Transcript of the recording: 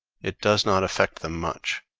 it does not affect them much.